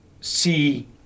see